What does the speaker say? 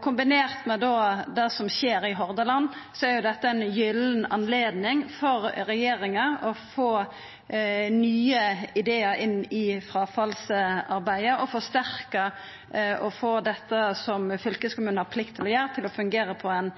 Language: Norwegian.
Kombinert med det som skjer i Hordaland, er dette ei gyllen anledning for regjeringa til å få nye idear inn i fråfallsarbeidet og få det som fylkeskommunen har plikt til å gjera, til å fungera på ein